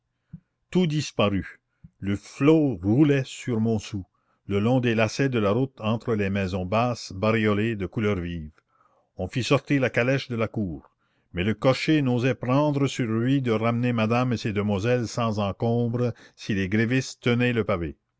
tout disparut le flot roulait sur montsou le long des lacets de la route entre les maisons basses bariolées de couleurs vives on fit sortir la calèche de la cour mais le cocher n'osait prendre sur lui de ramener madame et ces demoiselles sans encombre si les grévistes tenaient le pavé